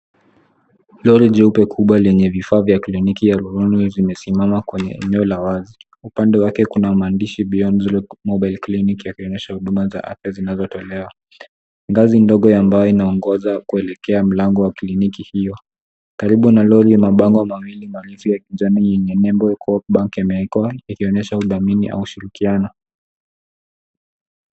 Lori jeupe kubwa lenye vifaa vya kliniki ya rununu zimesimama kwenye eneo la wazi. Upande wake kuna maandishi beyond zero mobile clinic yakionyesha huduma za afya zinazotolewa. Ngazi ndogo ya mbao inaongoza kuelekea mlango wa kliniki hiyo. Karibu na lori mabango mawili marefu ya kijani yenye nembo coop bank yamewekwa, ikionyesha udhamini au ushirikiano.